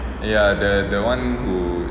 ya the the one who